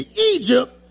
Egypt